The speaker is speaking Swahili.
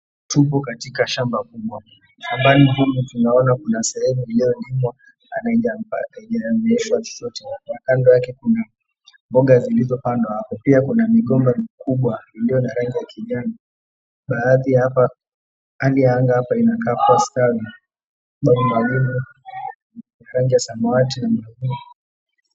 Tupo katika shamba kubwa shambani humu tunaona kuna sehemu iliyoandikwa inaonyeshwa chochote na kando yake kuna mboga zilizopandwa hapo pia kuna migomba mikubwa iliyo na rangi ya kijani baadhi hapa hali ya anga hapa inakaa kuwa sawa mawingu ni rangi ya samawati na.